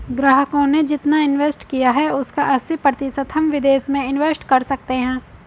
ग्राहकों ने जितना इंवेस्ट किया है उसका अस्सी प्रतिशत हम विदेश में इंवेस्ट कर सकते हैं